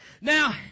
now